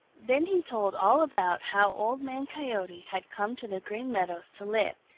then he told all about how old man coyote had come to the green meadows to live,